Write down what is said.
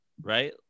right